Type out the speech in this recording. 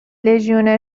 لژیونر